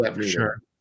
sure